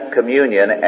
Communion